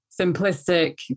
simplistic